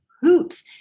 hoot